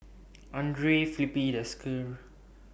Andre Filipe Desker